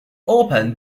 open